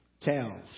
cows